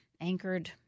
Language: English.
anchored